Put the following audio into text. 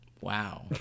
Wow